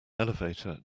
elevator